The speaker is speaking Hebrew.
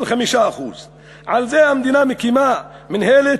על 5%. על זה המדינה מקימה מינהלת?